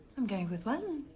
am going with weldon.